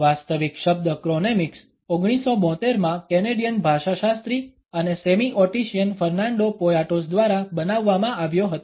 વાસ્તવિક શબ્દ ક્રોનેમિક્સ 1972 માં કેનેડિયન ભાષાશાસ્ત્રી અને સેમિઓટિશિયન ફર્નાન્ડો પોયાટોસ દ્વારા બનાવવામાં આવ્યો હતો